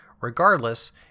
Regardless